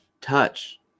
touch